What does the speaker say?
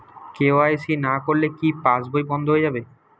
KYC না করলে কি পাশবই বন্ধ হয়ে যাবে?